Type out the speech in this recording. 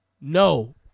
no